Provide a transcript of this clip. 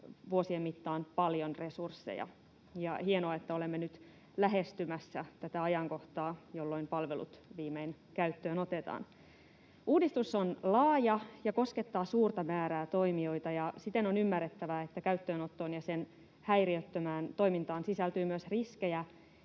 vuosien mittaan paljon resursseja, ja on hienoa, että olemme nyt lähestymässä tätä ajankohtaa, jolloin palvelut viimein käyttöön otetaan. Uudistus on laaja ja koskettaa suurta määrää toimijoita, ja siten on ymmärrettävää, että käyttöönottoon ja sen häiriöttömään toimintaan sisältyy myös riskejä.